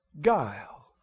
guile